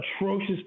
atrocious